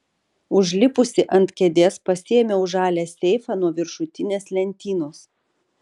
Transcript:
užlipusi ant kėdės pasiėmiau žalią seifą nuo viršutinės lentynos